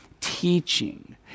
teaching